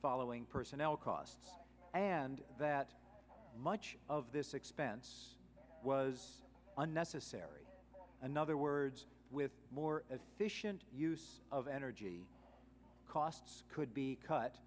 following personnel costs and that much of this expense was unnecessary another words with more efficient use of energy costs could be cut